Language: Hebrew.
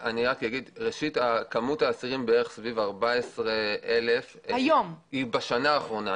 מספר האסירים סביב 14,000 היא בשנה האחרונה.